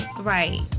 Right